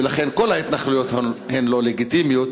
ולכן כל ההתנחלויות הן לא לגיטימיות,